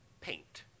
Paint